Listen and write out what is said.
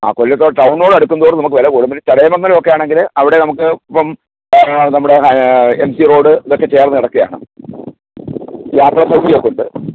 ആ കൊല്ലത്തോട്ട് ടൗണിനോട് അടുക്കുംതോറും നമുക്ക് വില കൂടും പിന്നെ ചടയമംഗലമൊക്കെ ആണെങ്കില് അവിടെ നമുക്ക് ഇപ്പം നമ്മുടെ ഹയ എം ജി റോഡ് ഇതൊക്കെ ചേര്ന്ന് കിടക്കുകയാണ് യാത്രാ സൗകര്യമൊക്കെ ഉണ്ട്